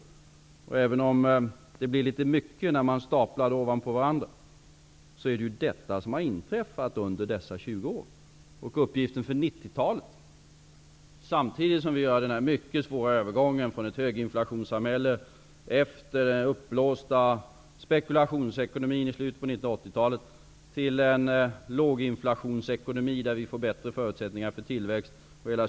Även om det blir litet mycket när man staplar orden ovanpå varandra är det ju detta som har inträffat under dessa 20 år. Uppgiften för 90-talet är att lägga grunden för en ny samhällsfilosofi. Det skall vi göra samtidigt som vi går igenom denna mycket svåra övergång från ett höginflationssamhälle efter den uppblåsta spekulationsekonomin i slutet på 80-talet till en låginflationsekonomi där vi får bättre förutsättningar för tillväxt.